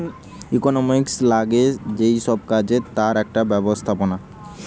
economics লাগে যেই সব কাজে তার একটা ব্যবস্থাপনা